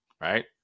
right